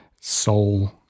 soul